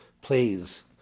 please